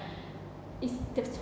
it's the